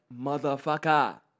motherfucker